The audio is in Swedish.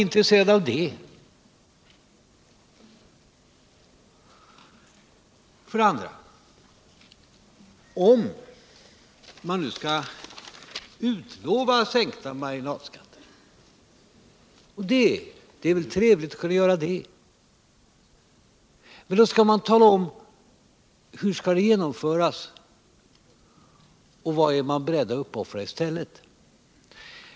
För det andra: Om man nu skall utlova sänkta marginalskatter, vilket är trevligt att kunna göra, skall man tala om hur det skall genomföras och vad man är beredd att uppoffra i stället.